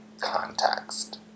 context